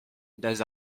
dans